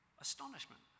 astonishment